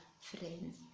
friends